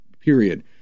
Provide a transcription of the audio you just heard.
period